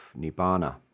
Nibbana